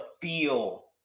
feel